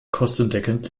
kostendeckend